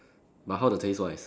but how the taste wise